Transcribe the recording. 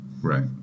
Right